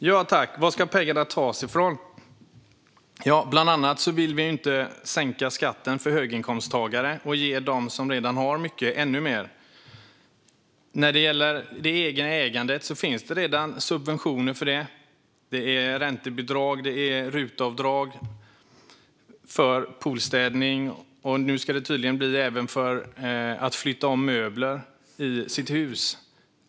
Herr talman! Varifrån ska pengarna tas? Ja, bland annat vill vi inte sänka skatten för höginkomsttagare och ge dem som redan har mycket ännu mer. Det egna ägandet finns det redan subventioner för. Det finns räntebidrag. Man kan få RUT-avdrag för poolstädning. Nu ska man tydligen få det även för omflyttning av möbler i sitt hus.